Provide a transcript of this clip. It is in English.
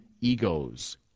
egos